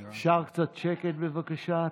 אפשר קצת שקט, בבקשה?